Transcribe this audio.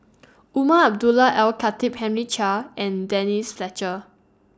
Umar Abdullah Al Khatib Henry Chia and Denise Fletcher